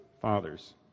fathers